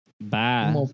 Bye